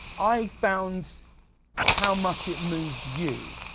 i found how much it moved you,